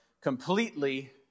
completely